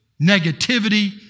negativity